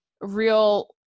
real